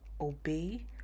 obey